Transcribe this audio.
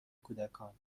کودکان